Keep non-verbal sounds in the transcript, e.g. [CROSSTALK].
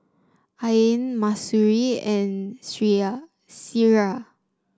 Ain Mahsuri and [UNINTELLIGIBLE] Syirah